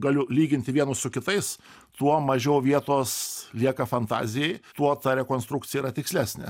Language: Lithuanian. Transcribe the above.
galiu lyginti vienus su kitais tuo mažiau vietos lieka fantazijai tuo ta rekonstrukcija yra tikslesnė